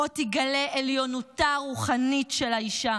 שבו תיגלה עליונותה הרוחנית של האישה